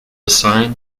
assigned